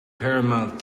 paramount